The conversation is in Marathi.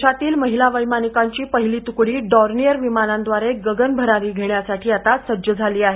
देशातील महिला वैमानिकांची पहिली तुकडी डॉर्नियर विमानांद्वारे गगन भरारी घेण्यासाठी आता सज्ज झाली आहे